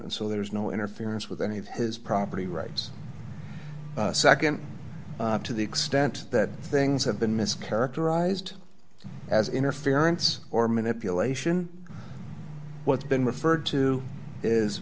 and so there was no interference with any of his property rights second to the extent that things have been mischaracterized as interference or manipulation what's been referred to is